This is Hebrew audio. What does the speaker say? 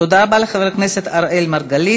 תודה רבה לחבר הכנסת אראל מרגלית.